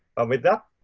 ah with that,